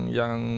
yang